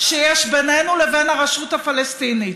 שיש בינינו לבין הרשות הפלסטינית.